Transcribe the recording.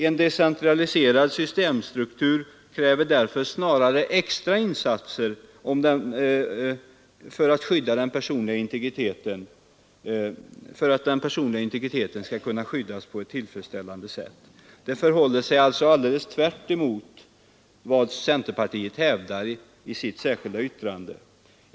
En decentraliserad systemstruktur kräver därför snarare extra insatser för att den personliga integriteten skall kunna skyddas på ett tillfredsställande sätt. Det förhåller sig alltså tvärtemot vad centerpartiet hävdar i sitt särskilda yttrande.